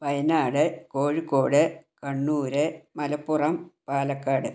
Wayanad Kozhikode Kannur Malappuram Palakkad